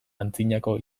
antzinako